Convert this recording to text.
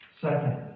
Second